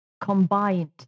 combined